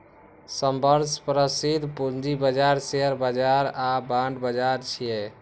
सबसं प्रसिद्ध पूंजी बाजार शेयर बाजार आ बांड बाजार छियै